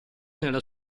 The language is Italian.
nella